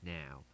now